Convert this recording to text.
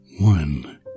One